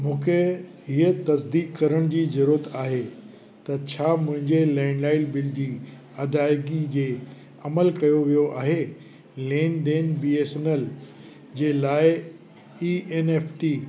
मूंखे हीअ तसदीक करण जी ज़रूरत आहे त छा मुंहिंजे लैंडलाइन बिल जी अदाइगी जे अमल कयो वियो आहे लेनदेन बी एस एन एल जे लाइ ई एनएफटी